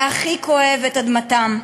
והכי כואב, את אדמתם,